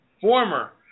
former